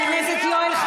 אתה משקר לציבור.